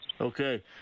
Okay